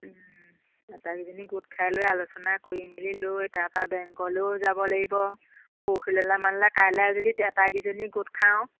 আটাইকিজনী গোট খাই লৈ আলোচনা কৰি মেলি লৈ তাৰপা বেংকলেও যাব লাগিব পৰসিলেলে মানলে কাইলৈ যদি এটাইকিজনী গোট খাওঁ